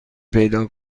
پیدا